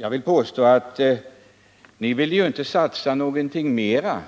Jag vill påstå att ni inte satsar mera